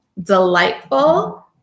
Delightful